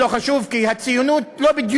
למחנה הציוני לא חשוב, כי הציונות לא בדיוק,